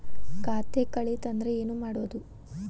ಖಾತೆ ಕಳಿತ ಅಂದ್ರೆ ಏನು ಮಾಡೋದು?